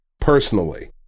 Personally